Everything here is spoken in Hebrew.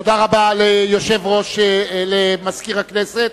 תודה רבה למזכיר הכנסת.